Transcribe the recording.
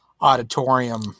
Auditorium